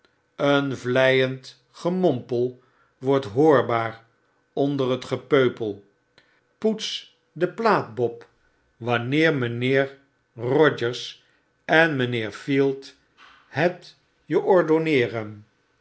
een vleiend gemompel wordt hoorbaar onder het gepeupel poets de plaat bob wanneer mtjnheer rogers en mynheer field het je ordonneeren